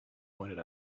pointed